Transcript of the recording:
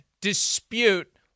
dispute